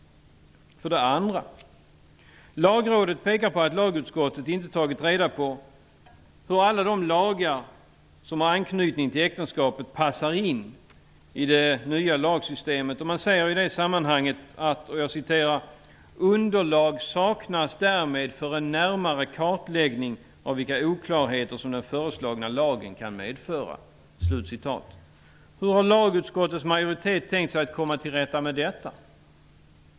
För det andra pekar Lagrådet på att lagutskottet inte har tagit reda på hur alla de lagar som har anknytning till äktenskapet passar in i det nya lagsystemet. Man säger i det sammanhanget att ''underlag saknas därmed för en närmare kartläggning av vilka oklarheter som den föreslagna lagen kan medföra''. Hur har lagutskottets majoritet tänkt sig att komma till rätta med detta?